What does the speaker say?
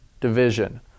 division